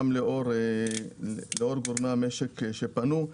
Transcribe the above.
גם לאור גורמי המשק שפנו.